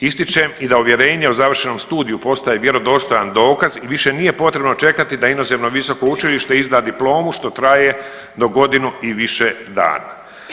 Ističem i da uvjerenje o završenom studiju postaje vjerodostojan dokaz i više nije potrebno čekati da inozemno visoko učilište izda diplomu što traje do godinu i više dana.